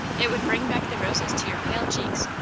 it would bring back the roses to your pale cheeks.